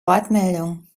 wortmeldung